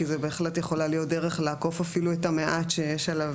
כי זה בהחלט יכולה להיות דרך לעקוף אפילו את המעט שיש עליו